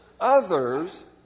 others